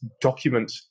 document